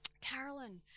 Carolyn